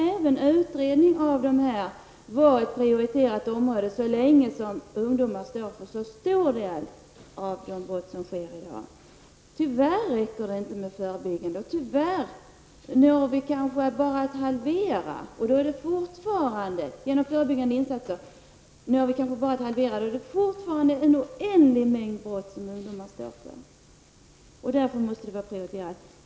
Även utredning måste vara ett prioriterat område så länge som ungdomar svarar för en så stor del av brotten i dag. Tyvärr räcker det inte med förebyggande åtgärder. Med dem uppnår vi bara en halvering, och då kvarstår en oändlig mängd brott som ungdomar står för.